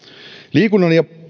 liikunnan ja